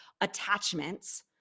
attachments